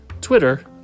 Twitter